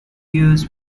years